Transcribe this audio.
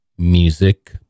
Music